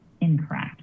incorrect